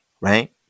right